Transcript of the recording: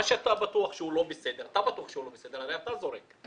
מה שאתה בטוח שהוא לא בסדר, הרי אתה זה שזורק.